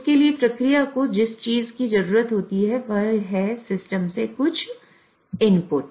उसके लिए प्रक्रिया को जिस चीज की जरूरत होती है वह है सिस्टम से कुछ इनपुट